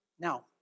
Now